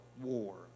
war